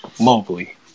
Mobley